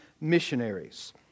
missionaries